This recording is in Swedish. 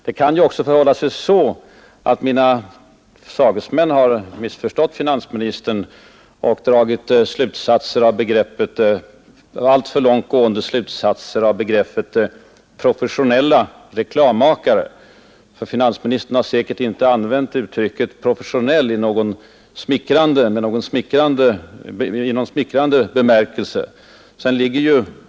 Det kan ju också förhålla sig så, att mina sagesmän har missförstått finansministern och dragit alltför långt gående slutsatser av begreppet ”professionella reklammakare” — finansministern har säkert inte använt professionell i någon smickrande bemärkelse.